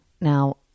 Now